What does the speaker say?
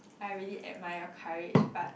I really admire your courage but